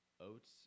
oats